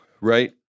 right